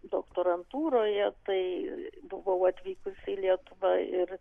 doktorantūroje tai buvau atvykusi į lietuvą ir